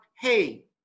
hey